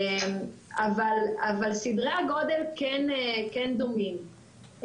אבל סדרי הגודל כן דומים,